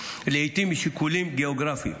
והן משיקולים גיאוגרפיים.